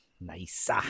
Nice